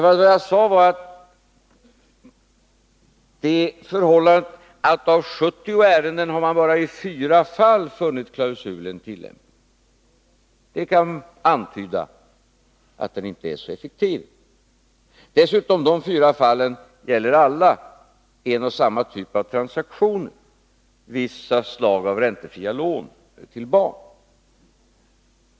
Vad jag sade var att det förhållandet att man i bara 4 av 70 ärenden har funnit klausulen tillämplig kan antyda att den inte är så effektiv. Dessutom gäller alla dessa fyra fall en och samma typ av transaktioner, vissa slag av räntefria lån till barn.